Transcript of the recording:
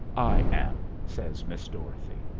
i am, says miss dorothy.